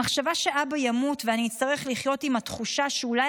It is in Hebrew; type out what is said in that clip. המחשבה שאבא ימות ואני אצטרך לחיות עם התחושה שאולי